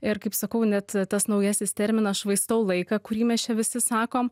ir kaip sakau net tas naujasis terminas švaistau laiką kurį mes čia visi sakom